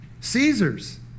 Caesar's